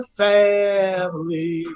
family